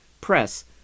press